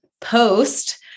post